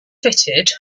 fitted